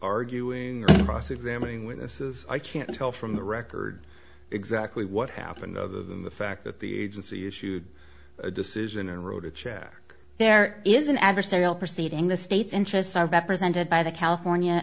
arguing that damning witnesses i can't tell from the record exactly what happened other than the fact that the agency issued a decision and wrote a check there is an adversarial proceeding the state's interests are represented by the california